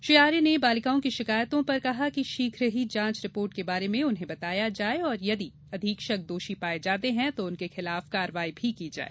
श्री आर्य ने बालिकाओं की शिकायतों पर कहा कि शीघ्र ही जांच रिपोर्ट के बारे में उन्हें बताया जाए और यदि अधीक्षक दोषी पाए जाते हैं तो उनके खिलाफ कार्रवाई भी की जाए